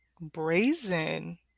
Brazen